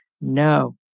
no